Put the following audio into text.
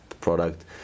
product